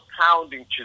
pounding